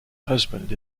husband